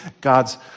God's